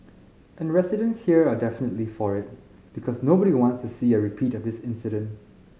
and residents here are definitely for it because nobody wants to see a repeat of this incident